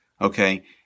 okay